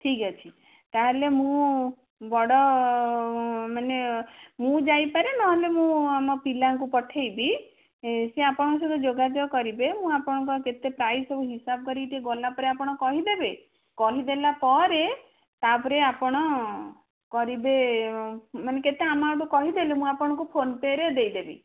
ଠିକ୍ ଅଛି ତା'ହେଲେ ମୁଁ ବଡ଼ ମାନେ ମୁଁ ଯାଇପାରେ ନହେଲେ ମୁଁ ମୋ ପିଲାଙ୍କୁ ପଠାଇବି ସିଏ ଆପଣଙ୍କ ସହିତ ଯୋଗାଯୋଗ କରିବେ ମୁଁ ଆପଣଙ୍କର କେତେ ପ୍ରାଇସ୍ ସବୁ ହିସାବ କରିକି ଟିକିଏ ଗଲାପରେ ଆପଣ କହିଦେବେ କହିଦେଲା ପରେ ତା'ପରେ ଆପଣ କରିବେ ମାନେ କେତେ ଆମାଉଣ୍ଟ କହିଦେଲେ ମୁଁ ଆପଣଙ୍କୁ ଫୋନ୍ ପେରେ ଦେଇଦେବି